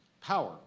power